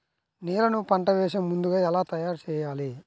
నేలను పంట వేసే ముందుగా ఎలా తయారుచేయాలి?